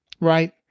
right